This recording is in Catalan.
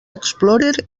explorer